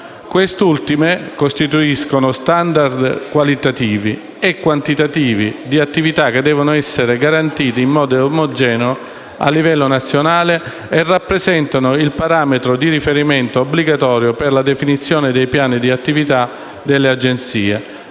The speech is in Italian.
Queste ultime costituiscono standard qualitativi e quantitativi di attività che devono essere garantiti in modo omogeneo a livello nazionale e rappresentano il parametro di riferimento obbligatorio per la definizione dei piani di attività delle Agenzie,